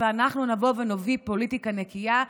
ואנחנו נבוא ונוביל פוליטיקה נקייה,